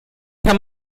kann